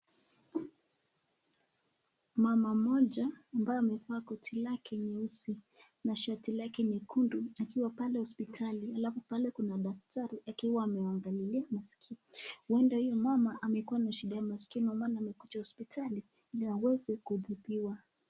Mama moja ambaye amefaa koti kale nyeusi na shati lake nyekundu akiwa pale hospitali alfu pale kuna daktari akiwa anangalilia masikio uenda huyo mama akona shida ya masikiondio maana amekuja hospitali hili aweze kutibiwa.